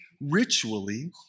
ritually